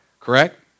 Correct